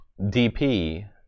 DP